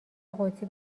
قدسی